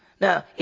Now